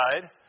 side